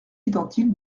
identiques